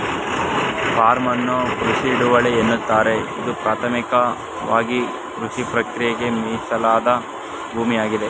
form ಅನ್ನು ಕೃಷಿ ಹಿಡುವಳಿ ಎನ್ನುತ್ತಾರೆ ಇದು ಪ್ರಾಥಮಿಕವಾಗಿಕೃಷಿಪ್ರಕ್ರಿಯೆಗೆ ಮೀಸಲಾದ ಭೂಮಿಯಾಗಿದೆ